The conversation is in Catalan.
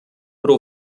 però